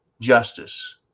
justice